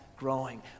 growing